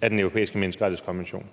af Den Europæiske Menneskerettighedskonvention?